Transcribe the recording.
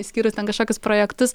išskyrus ten kažkokius projektus